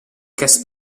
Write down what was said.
cast